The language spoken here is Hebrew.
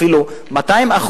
אפילו ל-200%,